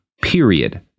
period